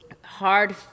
hard